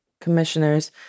commissioners